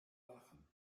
lachen